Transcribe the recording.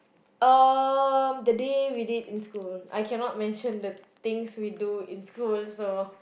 um the day we did in school I cannot mention the things we do in school so